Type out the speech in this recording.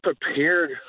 prepared